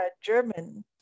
German